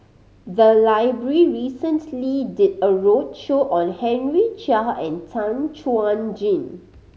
the library recently did a roadshow on Henry Chia and Tan Chuan Jin